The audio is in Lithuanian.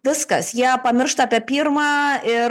viskas jie pamiršta apie pirmą ir